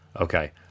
Okay